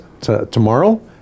tomorrow